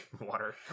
Water